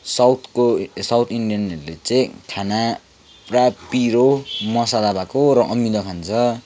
साउथको साउथ इन्डियनहरूले चाहिँ खाना पुरा पिरो मसला भएको र अमिलो खान्छ